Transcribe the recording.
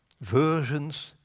versions